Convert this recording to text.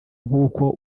nk’uko